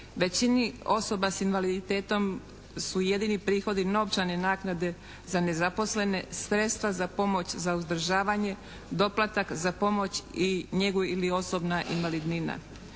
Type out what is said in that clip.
Većini osoba s invaliditetom su jedini prihodi novčane naknade za nezaposlene, sredstva za pomoć za uzdržavanje, doplatak za pomoć i njegu ili osobna invalidnina.